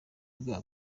bwa